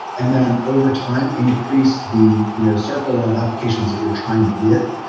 and then overtime increase the you know circle ah of applications that you're trying it with.